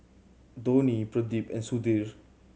Dhoni Pradip and Sudhir